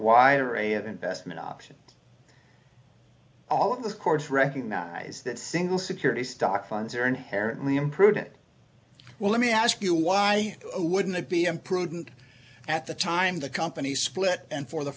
wide array of investment options all of the courts recognize that single security stock funds are inherently imprudent well let me ask you why wouldn't it be imprudent at the time the company split and for the